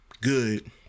good